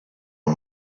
and